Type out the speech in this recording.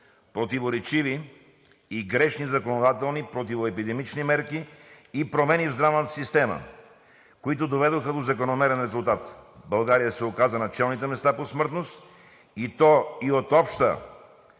противоречиви и грешни законодателни противоепидемични мерки и промени в здравната система, които доведоха до закономерен резултат – България се оказа на челните места по смъртност, и то от обща,